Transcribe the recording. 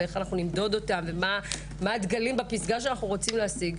ואיך אנחנו נמדוד אותם ומה הדגלים בפסגה שאנחנו רוצים להשיג,